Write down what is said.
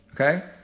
Okay